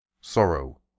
Sorrow